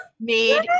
Made